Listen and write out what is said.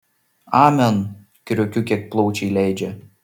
amen kriokiu kiek plaučiai leidžia